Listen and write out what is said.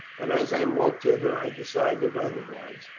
but as i walked hither i decided otherwise.